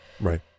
Right